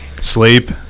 Sleep